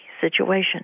situation